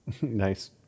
Nice